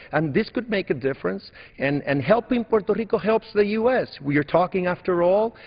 and this could make a difference and and helping puerto rico helps the u s. we are talking, after all,